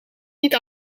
niet